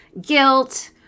guilt